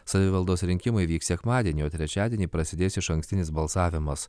savivaldos rinkimai vyks sekmadienį o trečiadienį prasidės išankstinis balsavimas